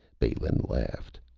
balin laughed.